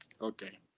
okay